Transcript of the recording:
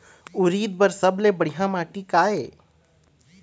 उरीद बर सबले बढ़िया माटी का ये?